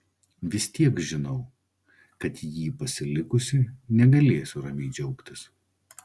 vis tiek žinau kad jį pasilikusi negalėsiu ramiai džiaugtis